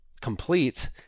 complete